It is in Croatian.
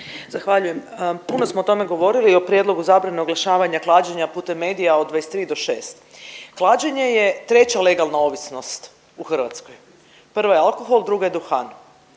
Zahvaljujem. Puno smo o tome govorili, o Prijedlogu zabrane oglašavanja klađenja putem medija od 23 do 6. Klađenje je treća legalna ovisnost u Hrvatskoj. Prva je alkohol, druga je duhan.